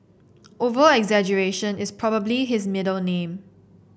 over exaggeration is probably his middle name